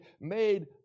made